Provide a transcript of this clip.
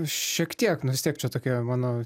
šiek tiek nu vis tiek čia tokia mano